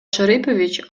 шарипович